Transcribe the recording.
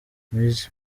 miss